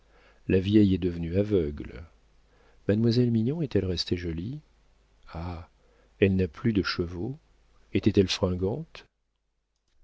la vieille est devenue aveugle mademoiselle mignon est-elle restée jolie ah elle n'a plus de chevaux était-elle fringante